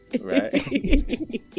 Right